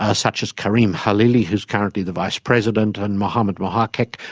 ah such as karim khalili, who's currently the vice-president, and mohammad mohaqiq,